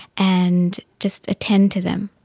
and just attend to them,